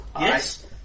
Yes